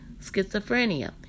schizophrenia